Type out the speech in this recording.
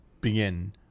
begin